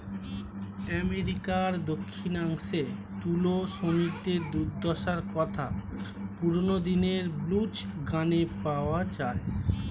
আমেরিকার দক্ষিণাংশে তুলো শ্রমিকদের দুর্দশার কথা পুরোনো দিনের ব্লুজ গানে পাওয়া যায়